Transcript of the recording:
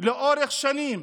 לאורך שנים